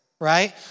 right